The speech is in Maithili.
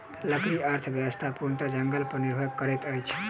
लकड़ी अर्थव्यवस्था पूर्णतः जंगल पर निर्भर करैत अछि